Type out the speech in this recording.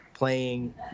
Playing